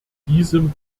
diesem